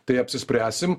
tai apsispręsim